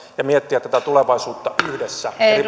ja miettiä tätä tulevaisuutta yhdessä eri